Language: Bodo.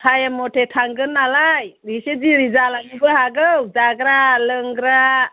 टाइम मथे थांगोन नालाय एसे देरि जालांनोबो हागौ जाग्रा लोंग्रा